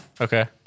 Okay